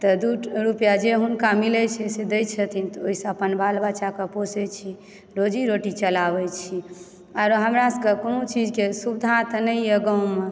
तऽ दू ट रुपैआ जे हुनका मिलैत छै से दय छथिन तऽ ओहिसँ अपन बाल बच्चाके पोसैत छी रोजीरोटी चलाबै छी आओरो हमरा सभके कुनू चीजके सुविधा तऽ नहि यऽ गाँवमे